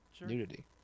nudity